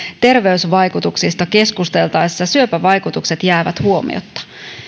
terveysvaikutuksista keskusteltaessa syöpävaikutukset jäävät huomiotta